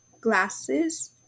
glasses